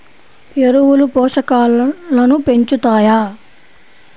ఎరువులు పోషకాలను పెంచుతాయా?